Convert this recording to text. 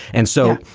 and so,